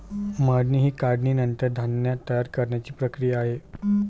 मळणी ही काढणीनंतर धान्य तयार करण्याची प्रक्रिया आहे